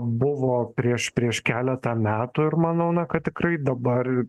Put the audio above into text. buvo prieš prieš keletą metų ir manau na kad tikrai dabar